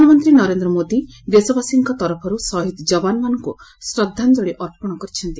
ପ୍ରଧାନମନ୍ତ୍ରୀ ନରେନ୍ଦ୍ର ମୋଦି ଦେଶବାସୀଙ୍କ ତରଫରୁ ସହିଦ ଜବାନମାନଙ୍କୁ ଶ୍ରଦ୍ଧାଞ୍ଚଳି ଅର୍ପଣ କରିଛନ୍ତି